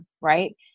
right